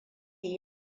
yi